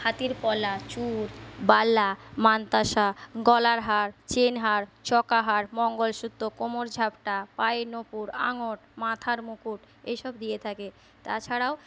হাতের পলা চুর বালা মানতাসা গলার হার চেন হার চকা হার মঙ্গলসূত্র কোমর ঝাপটা পায়ের নূপুর আঙট মাথার মুকুট এসব দিয়ে থাকে তাছাড়াও